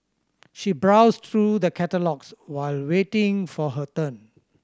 she browsed through the catalogues while waiting for her turn